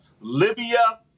Libya